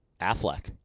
Affleck